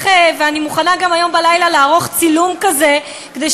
אני מוכנה גם הלילה לערוך צילום כזה כדי,